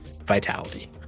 vitality